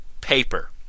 paper